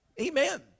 Amen